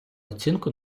оцінку